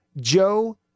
Joe